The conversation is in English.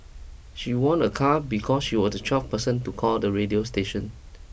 she won a car because she was the twelfth person to call the radio station